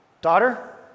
daughter